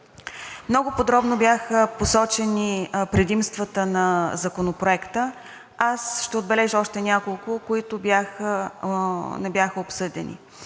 Много подробно бяха посочени предимствата на Законопроекта. Аз ще отбележа още няколко, които не бяха обсъдени.